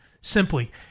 Simply